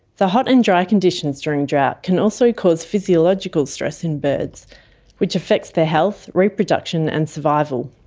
the hot and dry conditions during drought can also cause physiological stress in birds which affects their health, reproduction and survival.